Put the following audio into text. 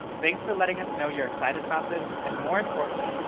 thanks for letting us know you're excited about this, and more importantly,